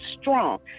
strong